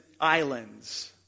islands